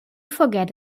forget